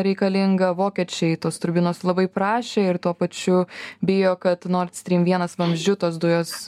reikalingą vokiečiai tos turbinos labai prašė ir tuo pačiu bijo kad nord strym vienas vamzdžiu tos dujos